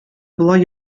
болай